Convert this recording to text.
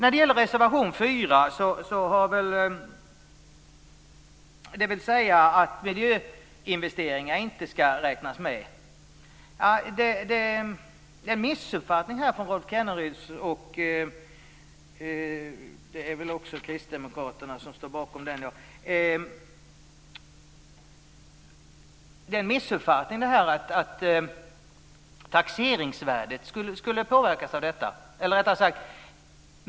Reservation 4 handlar om att miljöinvesteringar inte ska räknas med. Även Kristdemokraterna står bakom den reservationen. Det är en missuppfattning från Rolf Kenneryds sida att taxeringsvärdet skulle påverkas av detta.